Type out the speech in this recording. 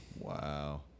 Wow